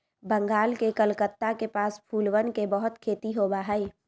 बंगाल के कलकत्ता के पास फूलवन के बहुत खेती होबा हई